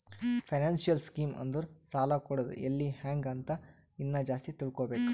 financial scheme ಅಂದುರ್ ಸಾಲ ಕೊಡದ್ ಎಲ್ಲಿ ಹ್ಯಾಂಗ್ ಅಂತ ಇನ್ನಾ ಜಾಸ್ತಿ ತಿಳ್ಕೋಬೇಕು